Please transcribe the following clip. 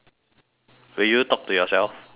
will you talk to yourself like